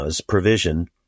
provision